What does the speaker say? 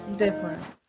different